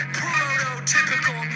prototypical